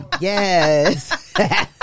Yes